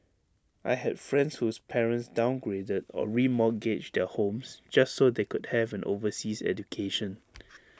I had friends whose parents downgraded or remortgaged their homes just so they could have an overseas education